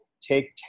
take